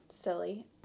silly